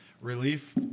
relief